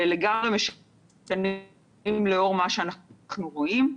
אלא לגמרי --- לאור מה שאנחנו רואים.